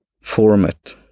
format